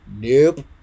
Nope